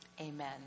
Amen